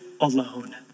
alone